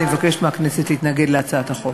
אני מבקשת מהכנסת להתנגד להצעת החוק.